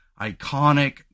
iconic